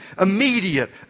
immediate